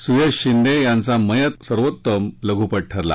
सुशय शिंदे यांचा मयत सर्वोत्तम लघुपट ठरला